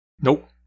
nope